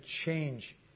change